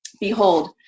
Behold